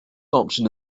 option